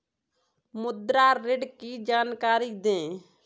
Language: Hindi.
मुद्रा ऋण की जानकारी दें?